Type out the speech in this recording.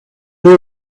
know